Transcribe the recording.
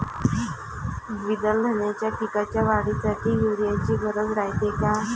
द्विदल धान्याच्या पिकाच्या वाढीसाठी यूरिया ची गरज रायते का?